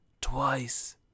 Twice